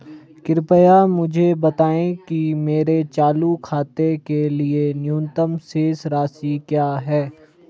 कृपया मुझे बताएं कि मेरे चालू खाते के लिए न्यूनतम शेष राशि क्या है?